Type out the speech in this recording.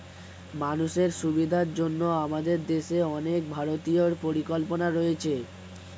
মানুষের সুবিধার জন্য আমাদের দেশে অনেক ভারতীয় পরিকল্পনা রয়েছে